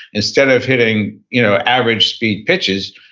instead of hitting you know average speed pitches,